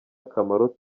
akamaro